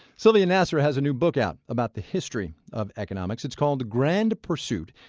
sylvia nasar has a new book out about the history of economics it's called grand pursuit.